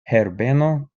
herbeno